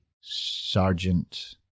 sergeant